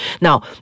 Now